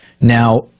Now